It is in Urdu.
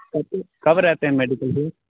ویسے کب رہتے ہیں میڈیکل پہ